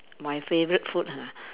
my favorite food ah